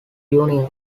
union